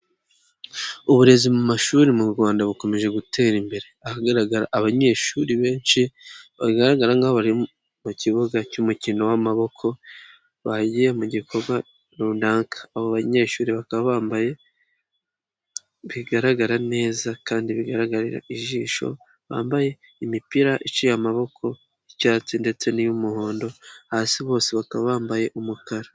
Uburezi mu mashuri mu Rwanda bukomeje gutera imbere, ahagaragara abanyeshuri benshi, bagaragara nk'aho bari mu kibuga cy'umukino w'amaboko, bagiye mu gikorwa runaka. Abo banyeshuri bakaba bambaye bigaragara neza kandi bigaragarira ijisho, bambaye imipira iciye amaboko y'icyatsi ndetse n'iy'umuhondo, hasi bose bakaba bambaye umukara.